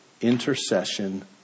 intercession